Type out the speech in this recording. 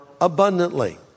abundantly